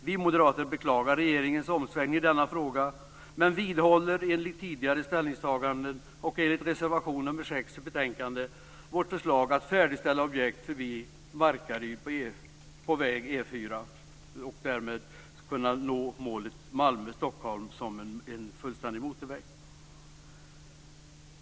Vi moderater beklagar regeringens omsvängning i denna fråga, men vidhåller enligt tidigare ställningstaganden och enligt reservation nr 6 i betänkandet vårt förslag att färdigställa objekt vid Markaryd på väg E 4. Därmed skulle man kunna nå målet en fullständig motorväg mellan Malmö och Stockholm.